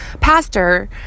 pastor